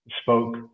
spoke